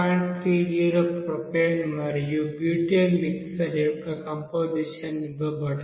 30 propane మరియు butane mixture యొక్క composition ఇవ్వబడుతుంది